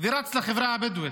ורץ לחברה הבדואית.